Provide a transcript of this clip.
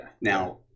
Now